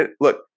Look